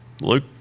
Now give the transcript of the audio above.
Luke